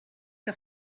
que